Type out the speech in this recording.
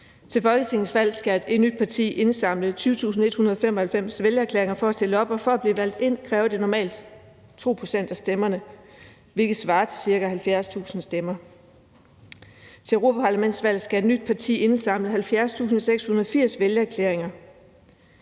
Til et folketingsvalg skal et nyt parti indsamle 20.195 vælgererklæringer for at stille op, og for at blive valgt ind kræver det normalt 2 pct. af stemmerne, hvilket svarer til cirka 70.000 stemmer. Til europaparlamentsvalget skal et nyt parti indsamle 70.680 vælgererklæringer.